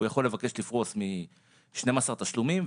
הוא יכול לבקש לפרוס מ-12 תשלומים,